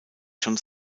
john